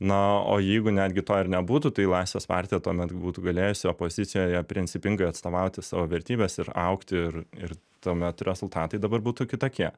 na o jeigu netgi to ir nebūtų tai laisvės partija tuomet būtų galėjusi opozicijoje principingai atstovauti savo vertybes ir augti ir ir tuomet rezultatai dabar būtų kitokie